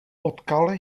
potkal